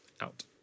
out